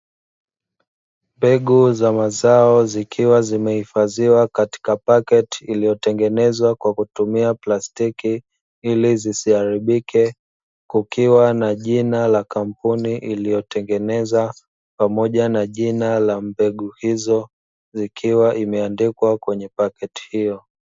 Mbegu za mazao zikiwa zimehifadhiwa katika pakiti iliyotengenezwa kwa kutumia plastiki ili zisiharibike, kukiwa na jina la kampuni iliyotengeneza pamoja na jina la mbegu hizo zikiwa imeandikwa kwenye pakiti hiyo.